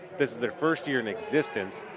this is the first year in existence,